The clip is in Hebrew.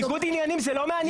ניגוד עניינים זה לא מעניין?